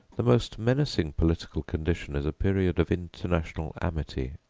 the most menacing political condition is a period of international amity.